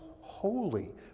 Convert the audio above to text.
holy